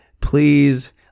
please